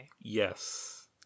Yes